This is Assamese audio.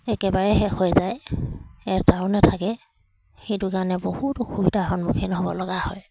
একেবাৰে শেষ হৈ যায় এটাও নেথাকে সেইটো কাৰণে বহুত অসুবিধাৰ সন্মুখীন হ'ব লগা হয়